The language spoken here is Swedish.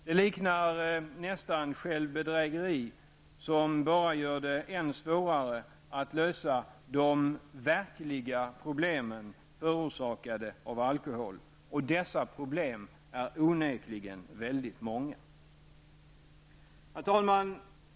Det liknar nästan självbedrägeri, något som bara gör det än svårare att lösa de verkliga problem som förosakats av alkohol, och dessa problem är onekligen väldigt många. Herr talman!